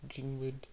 Greenwood